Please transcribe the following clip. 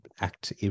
act